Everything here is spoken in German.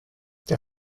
der